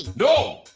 no.